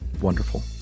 Wonderful